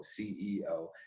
CEO